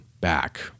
back